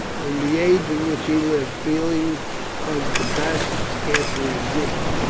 in the age in which he lived feelings of compassion scarcely existed.